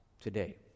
today